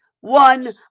One